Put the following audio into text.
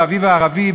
באביב הערבי,